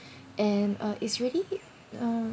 and uh it's really um